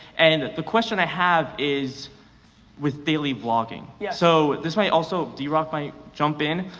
and the question i have is with daily vlogging. yes. so this might also, drock might jump in,